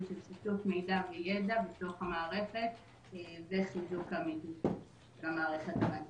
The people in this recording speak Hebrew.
של שיתוף מידע וידע בתוך המערכת וחיזוק עמידות למערכת הבנקאית.